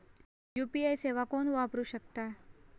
UPI सेवा कोण वापरू शकता?